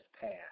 passed